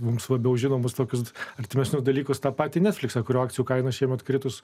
mums labiau žinomus tokius artimesnių dalykus tą patį netflixą kurio akcijų kainos šiemet kritus